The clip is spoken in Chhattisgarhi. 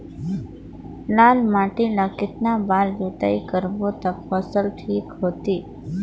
लाल माटी ला कतना बार जुताई करबो ता फसल ठीक होती?